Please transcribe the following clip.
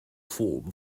form